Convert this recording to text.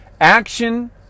Action